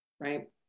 right